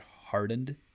hardened